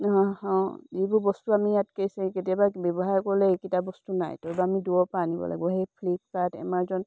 যিবোৰ বস্তু আমি ইয়াতকেছে কেতিয়াবা ব্যৱহাৰ কৰিলে এইকেইটা বস্তু নাই তোবা আমি দূৰৰ পৰা আনিব লাগিব সেই ফ্লিপকাৰ্ট এমাজন